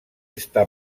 està